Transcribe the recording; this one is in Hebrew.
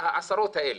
העשרות האלה.